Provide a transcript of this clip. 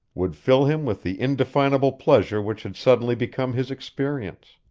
would fill him with the indefinable pleasure which had suddenly become his experience.